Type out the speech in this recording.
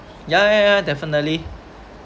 yeah yeah yeah definitely